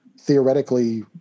theoretically –